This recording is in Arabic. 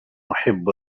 أحب